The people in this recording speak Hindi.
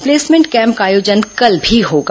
प्लेसमेंट कैम्प का आयोजन कल भी होगा